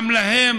גם להן